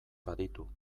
baditu